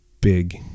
big